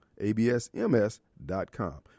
ABSMS.com